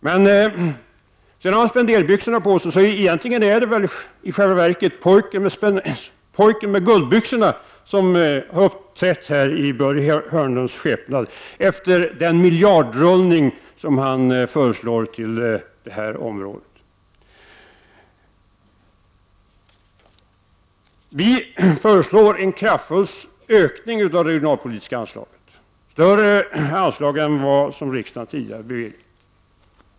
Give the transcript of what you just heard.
Sedan har Börje Hörnlund spenderbyxorna på sig, så i själva verket är det pojken med guldbyxorna som har uppträtt här i Börje Hörnlunds skepnad efter den miljardrullning till det här området som han förordar. Vi föreslår en kraftig ökning av det regionalpolitiska anslaget — ett större anslag än det som riksdagen tidigare beviljat.